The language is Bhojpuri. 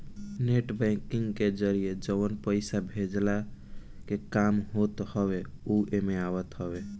नेट बैंकिंग के जरिया से जवन पईसा भेजला के काम होत हवे उ एमे आवत हवे